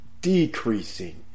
decreasing